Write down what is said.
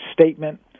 statement